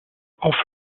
auf